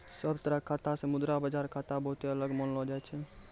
सब तरह के खाता से मुद्रा बाजार खाता बहुते अलग मानलो जाय छै